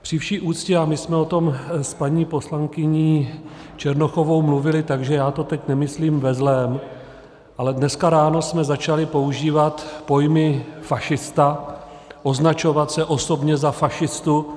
Při vší úctě, a my jsme o tom s paní poslankyní Černochovou mluvili, takže já to teď nemyslím ve zlém, ale dneska ráno jsme začali používat pojmy fašista, označovat se osobně za fašistu.